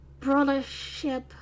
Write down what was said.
brothership